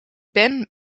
ben